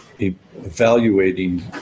evaluating